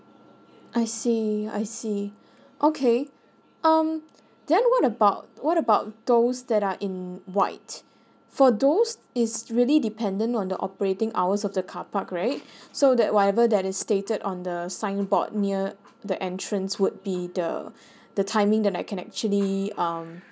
I see I see okay um then what about what about those that are in white for those is really dependent on the operating hours of the carpark right so that whatever that is stated on the signboard near the entrance would be the the timing that I can actually um